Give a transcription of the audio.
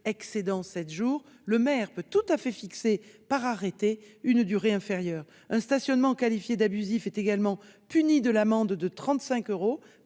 excédant sept jours, le maire peut tout à fait fixer, par arrêté, une durée inférieure. Un stationnement qualifié d'abusif est également puni de l'amende de 35 euros